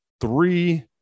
three